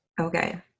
okay